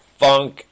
funk